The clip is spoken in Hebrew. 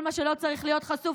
כל מה שלא צריך להיות חשוף,